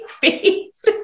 face